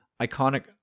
iconic